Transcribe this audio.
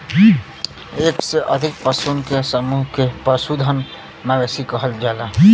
एक से अधिक पशुअन के समूह के पशुधन, मवेशी कहल जाला